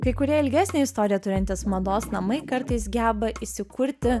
kai kurie ilgesnę istoriją turintys mados namai kartais geba įsikurti